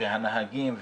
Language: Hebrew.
הנהגים,